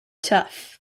tough